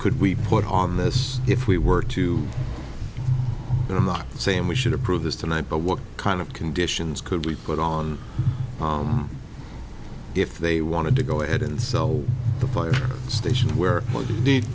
could we put on this if we were to i'm not saying we should approve this tonight but what kind of conditions could we put on if they wanted to go ahead and sell the fire station where